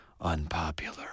unpopular